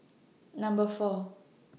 Number four